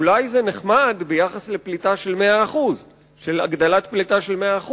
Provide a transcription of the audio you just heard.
אולי זה נחמד ביחס להגדלת פליטה של 100%,